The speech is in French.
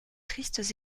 tristes